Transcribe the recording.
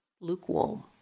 lukewarm